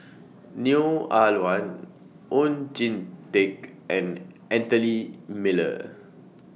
Neo Ah Luan Oon Jin Teik and Anthony Miller